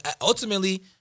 ultimately